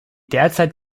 derzeit